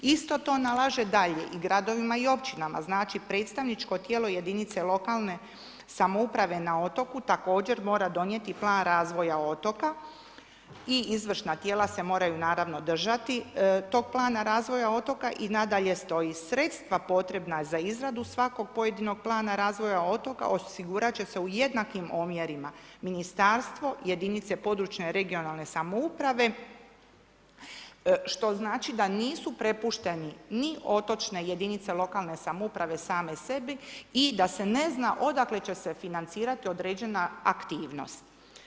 Isto to nalaže dalje i gradovima i općinama, znači predstavničko tijelo jedinica lokalne samouprave na otoku također mora donijeti plan razvoja otoka i izvršna tijela se moraju naravno držati tog plana razvoja otoka i nadalje stoji, sredstva potrebna za izradu svakog pojedinog plana razvoja otoka, osigurat će se u jednakim omjerima, ministarstvo, jedinice područne (regionalne) samouprave, što znači da nisu prepušteni ni otočne jedinice lokalne samouprave same sebi i da se ne zna odakle će se financirati određena aktivnost.